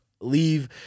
leave